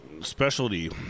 specialty